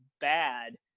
bad